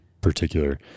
particular